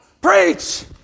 Preach